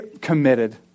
committed